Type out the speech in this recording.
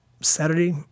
saturday